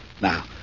Now